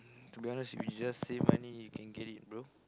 to be honest if you just save money you can get it bro